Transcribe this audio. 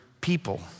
people